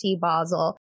Basel